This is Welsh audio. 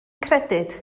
credyd